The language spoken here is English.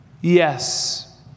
yes